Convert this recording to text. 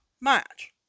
match